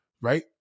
right